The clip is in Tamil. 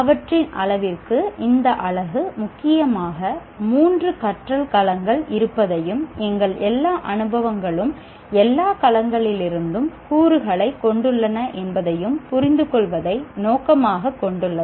அவற்றின் அளவிற்கு இந்த அலகு முக்கியமாக மூன்று கற்றல் களங்கள் இருப்பதையும் எங்கள் எல்லா அனுபவங்களும் எல்லா களங்களிலிருந்தும் கூறுகளைக் கொண்டுள்ளன என்பதையும் புரிந்துகொள்வதை நோக்கமாகக் கொண்டுள்ளது